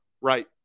right